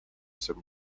some